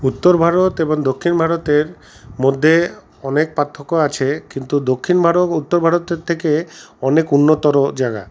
উত্তর ভারত এবং দক্ষিণ ভারতের মধ্যে অনেক পার্থক্য আছে কিন্তু দক্ষিণ ভারত উত্তর ভারতের থেকে অনেক উন্নতর জায়গা